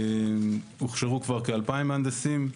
הוכשרו כבר כאלפיים מהנדסים.